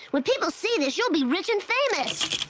when people see this, you'll be rich and famous!